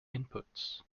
inputs